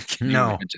no